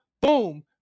boom